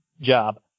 job